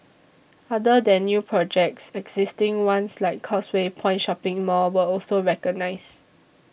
other than new projects existing ones like Causeway Point shopping mall were also recognised